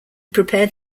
prepared